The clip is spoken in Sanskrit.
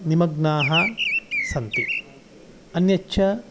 निमग्नाः सन्ति अन्यच्च